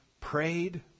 prayed